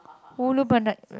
ulu Pandan